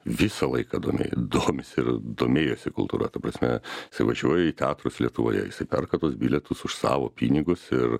visą laiką domė domisi ir domėjosi kultūra ta prasme jisai važiuoja į teatrus lietuvojejisai perka tuos bilietus už savo pinigus ir